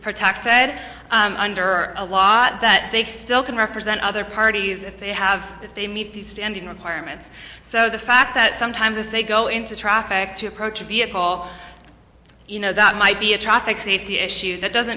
protected under a lot that big still can represent other parties if they have to meet the standing requirement so the fact that sometimes they go into traffic to approach a vehicle you know that might be a traffic safety issue that doesn't